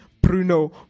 Bruno